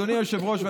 אדוני היושב-ראש,